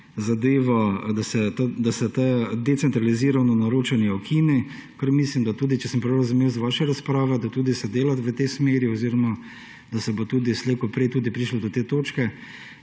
dobro, da se končno decentralizirano naročanje ukini, kar mislim, da tudi, če sem prav razumel iz vaše razprave, da se tudi dela v tej smeri oziroma da se bo slej kot prej tudi prišlo do te točke.